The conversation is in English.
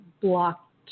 blocked